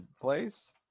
place